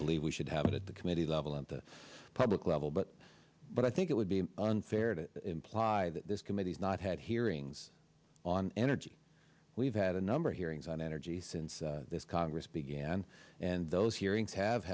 believe we should have it at the committee level at the public level but but i think it would be unfair to imply that this committee is not had hearings on energy we've had a number of hearings on energy since this congress began and those hearings have